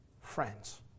friends